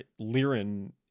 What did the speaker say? Lirin